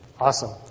Awesome